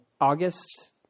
August